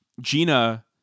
Gina